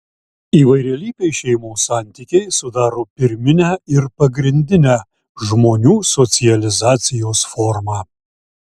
įvairialypiai šeimos santykiai sudaro pirminę ir pagrindinę žmonių socializacijos formą